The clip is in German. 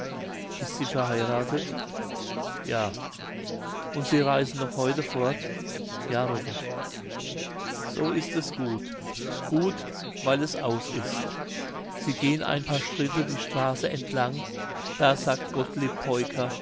ist sie verheiratet ja und sie reisen noch heute fort ja robert so ist es gut gut weil es aus ist sie gehen ein paar schritte die straße entlang da sagt